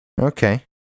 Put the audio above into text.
Okay